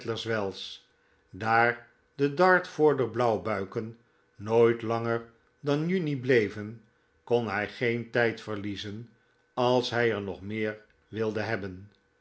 sadlers wells daar de dartforder blauwbuiken nooit langer dan juni bleven kon hij geen tijd verliezen als ihj er nog meer wilde hebben